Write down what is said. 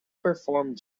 performed